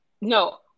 No